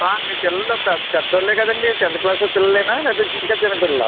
మీ పిల్లలు పెద్ద పెద్ద వాళ్ళే కదండి టెన్త్ క్లాస్ పిల్లలేనా లేకపోతే ఇంకా చిన్న పిల్లలా